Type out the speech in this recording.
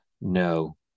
no